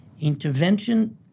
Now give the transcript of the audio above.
intervention